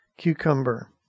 cucumber